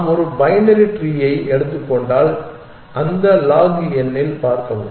நாம் ஒரு பைனரி ட்ரீயை எடுத்துக் கொண்டால் அந்த log n இல் பார்க்கவும்